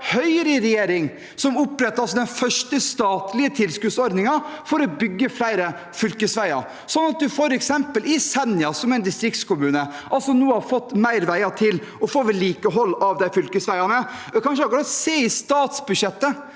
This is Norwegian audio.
Høyre i regjering som opprettet den første statlige tilskuddsordningen for å bygge flere fylkesveier, sånn at en f.eks. i Senja, som er en distriktskommune, nå har fått flere veier til å få vedlikehold av de fylkesveiene. Jeg kan ikke akkurat se i statsbudsjettet